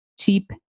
cheap